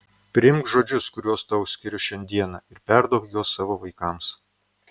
priimk žodžius kuriuos tau skiriu šiandieną ir perduok juos savo vaikams